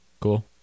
cool